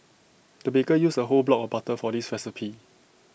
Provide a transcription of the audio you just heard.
the baker used A whole block of butter for this recipe